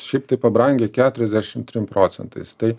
šiaip taip pabrangę keturiasdešim trim procentais tai